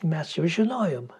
mes jau žinojom